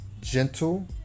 gentle